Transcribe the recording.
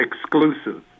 exclusive